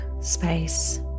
space